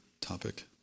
topic